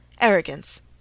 Arrogance